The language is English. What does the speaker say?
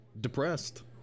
depressed